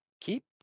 keep